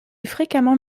fréquemment